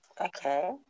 Okay